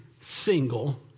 single